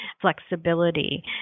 flexibility